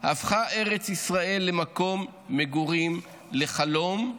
הפכה ארץ ישראל ממקום מגורים לחלום,